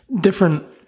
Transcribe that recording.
different